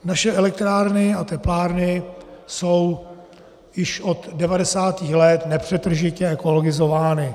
Naše elektrárny a teplárny jsou již od 90. let nepřetržitě ekologizovány.